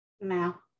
Now